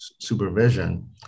supervision